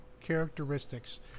characteristics